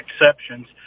exceptions